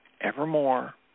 evermore